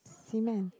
cement